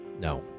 no